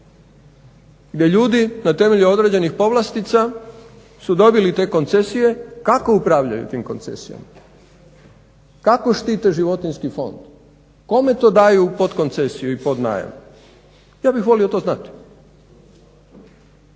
gdje ljudi na temelju određenih povlastica su dobili te koncesije. Kako upravljaju tim koncesijama, kako štite životinjski fond, kome to daju pod koncesiju i pod najam? Ja bih volio to znati.